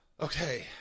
Okay